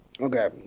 okay